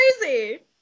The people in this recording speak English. crazy